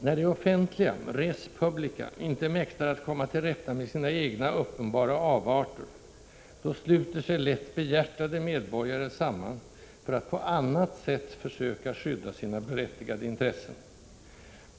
När det offentliga — res publica — inte mäktar att komma till rätta med sina egna uppenbara avarter, då sluter sig lätt behjärtade medborgare samman för att på annat sätt försöka skydda sina berättigade intressen.